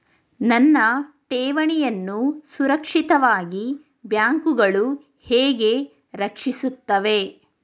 ನನ್ನ ಠೇವಣಿಯನ್ನು ಸುರಕ್ಷಿತವಾಗಿ ಬ್ಯಾಂಕುಗಳು ಹೇಗೆ ರಕ್ಷಿಸುತ್ತವೆ?